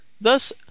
Thus